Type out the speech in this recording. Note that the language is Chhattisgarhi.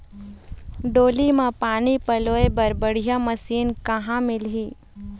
डोली म पानी पलोए बर बढ़िया मशीन कहां मिलही?